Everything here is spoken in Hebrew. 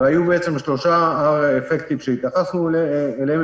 והיו בעצם שלושה אפקטים שהתייחסנו אליהם,